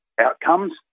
outcomes